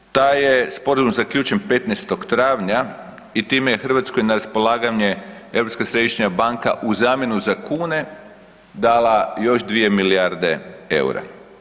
Taj je sporazum zaključen 15. travnja i time je Hrvatskoj na raspolaganje Europska središnja banka u zamjenu za kune, dala još 2 milijarde eura.